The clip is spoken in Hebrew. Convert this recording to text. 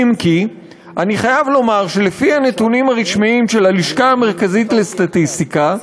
אם כי אני חייב לומר שלפי הנתונים הרשמיים של הלשכה המרכזית לסטטיסטיקה,